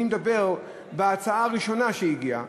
אני מדבר בהצעה הראשונה שהגיעה.